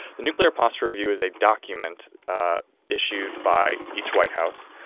the nuclear posture review is a document issued by each white house